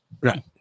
Right